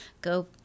Go